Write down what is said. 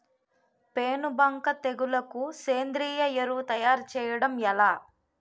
పేను బంక తెగులుకు సేంద్రీయ ఎరువు తయారు చేయడం ఎలా?